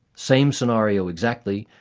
same scenario exactly,